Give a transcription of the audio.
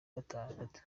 gatandatu